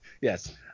Yes